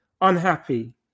Unhappy